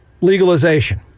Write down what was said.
Legalization